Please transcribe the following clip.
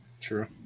True